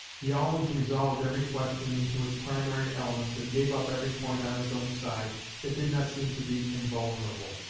he always resolved every question into its primary elements, and gave up every point on his own side that did not seem to be invulnerable.